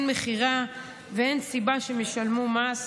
אין מכירה ואין סיבה שהם ישלמו מס.